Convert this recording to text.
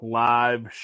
live